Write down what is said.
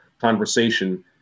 conversation